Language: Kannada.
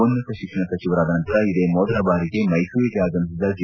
ಉನ್ನತ ಶಿಕ್ಷಣ ಸಚಿವರಾದ ನಂತರ ಇದೇ ಮೊದಲ ಬಾರಿಗೆ ಮೈಸೂರಿಗೆ ಆಗಮಿಸಿದ ಜಿ